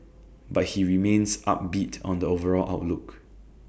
but he remains upbeat on the overall outlook